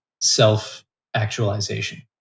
self-actualization